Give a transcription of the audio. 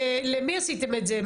למי עשיתם את זה?